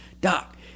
doc